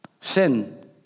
sin